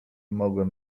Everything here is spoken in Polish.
mogłem